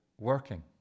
working